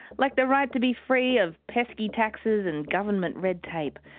like the right to be free of pesky taxes and government red tape.